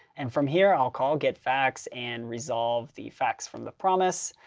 and from here, i'll call get facts and resolve the facts from the promise.